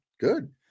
good